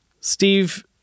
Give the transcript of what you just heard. Steve